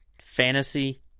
fantasy